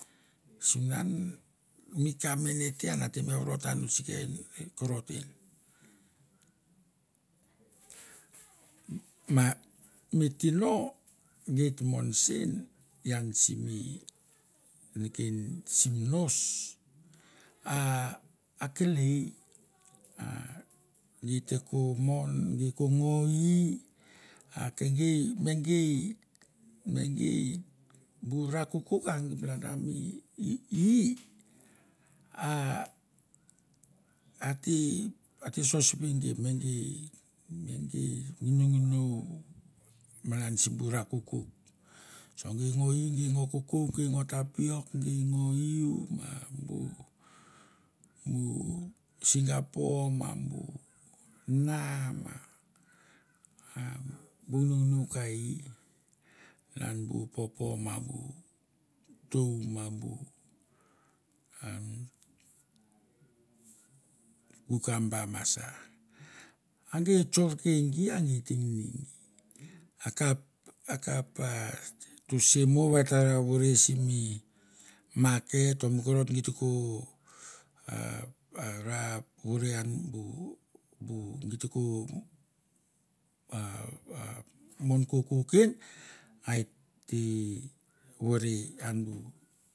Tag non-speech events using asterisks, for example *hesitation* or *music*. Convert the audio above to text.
Sunan mi ka mene te ian ate me vorotan no sike korot en. *noise* Ma mi tino geit mon sen ian simi neken sim nos *hesitation* a akelei a geit te ko mon, gei ko ngo ei, a ke gei me gei me gei bu ra kokouk va git ra me ei *hesitation* a ate sos ve gei me gei me gei nginonginou malan simbu ra kokouk. So gei ngo ei gei ngo kokou, gei ngo tapiok, gei ngo eiu a bu bu singapo ma bu na a bu nginonginou ka i, malan bu popo ma bu tou ma bu umm kukamba ma sa, a gei tsorke gi a gei te ngini gi. Akap akapa rosiamo va ta vore simi maket o mi korot git ko a a ra vore an bu bu git teko a a mon kokouk en a et te vore an bu.